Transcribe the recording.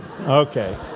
Okay